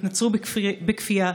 התנצרו בכפייה,